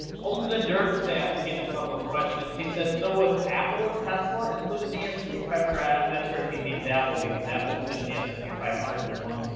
holeinthedirt's asking a couple of questions. he said, so with apple and tesla included in the s and p five hundred i'm not sure if he means apple, because apple's been in the s and p five hundred for as long as,